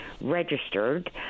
registered